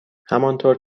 همانطور